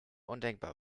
undenkbar